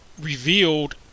revealed